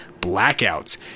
blackouts